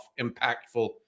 impactful